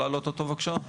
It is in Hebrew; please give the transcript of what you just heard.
בבקשה,